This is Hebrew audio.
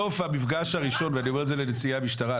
אני אומר לנציגי המשטרה,